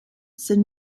said